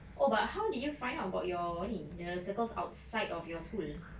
oh but how did you find out about your ni the circles outside of your school